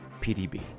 PDB